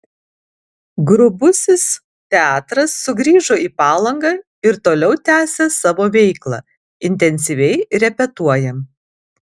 grubusis teatras sugrįžo į palangą ir toliau tęsią savo veiklą intensyviai repetuoja